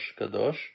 Kadosh